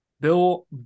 Bill